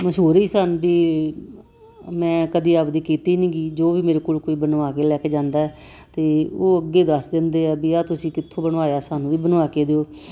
ਮਸ਼ਹੂਰੀ ਸਾਡੀ ਮੈਂ ਕਦੀ ਆਪਦੀ ਕੀਤੀ ਨਹੀਂ ਗੀ ਜੋ ਵੀ ਮੇਰੇ ਕੋਲ ਕੋਈ ਬਣਵਾ ਕੇ ਲੈ ਕੇ ਜਾਂਦਾ ਅਤੇ ਉਹ ਅੱਗੇ ਦੱਸ ਦਿੰਦੇ ਆ ਵੀ ਆਹ ਤੁਸੀਂ ਕਿੱਥੋਂ ਬਣਵਾਇਆ ਸਾਨੂੰ ਵੀ ਬਣਵਾ ਕੇ ਦਿਓ